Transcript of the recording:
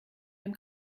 dem